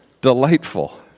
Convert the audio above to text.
delightful